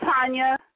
Tanya